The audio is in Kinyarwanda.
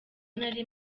nari